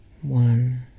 One